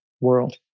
world